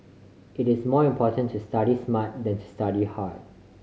it is more important to study smart than to study hard